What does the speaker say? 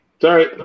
Sorry